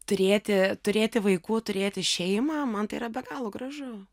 turėti turėti vaikų turėti šeimą man tai yra be galo gražu